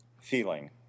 feeling